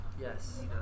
Yes